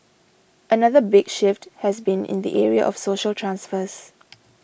another big shift has been in the area of social transfers